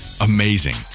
Amazing